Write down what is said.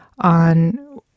on